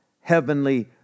heavenly